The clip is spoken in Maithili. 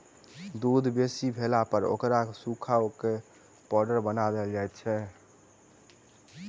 दूध बेसी भेलापर ओकरा सुखा क पाउडर बना देल जाइत छै